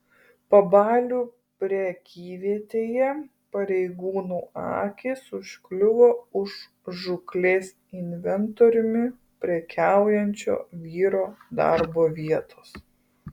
pabalių prekyvietėje pareigūnų akys užkliuvo už žūklės inventoriumi prekiaujančio vyro darbo vietos